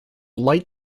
light